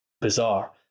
bizarre